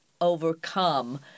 overcome